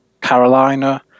Carolina